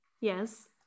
Yes